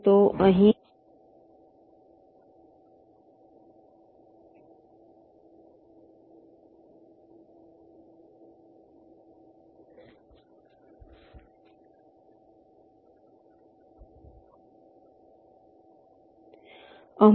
તો અહીં હું કહું છું કે આપણે 1 2 3 1 2 3 માં પણ નથી જતા